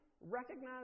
recognize